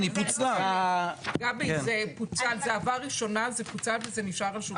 זה עבר ראשונה, פוצל ונשאר על השולחן.